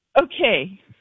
Okay